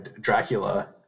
Dracula